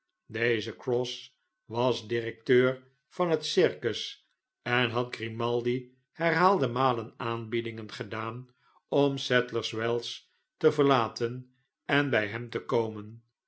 deze cross was directeur van het circus en had grimaldi herhaalde malen aanbiedingen gedaan om sadlers wells te verlaten en bij hem te komen